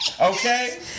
okay